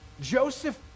Joseph